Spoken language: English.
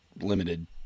Limited